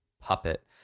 puppet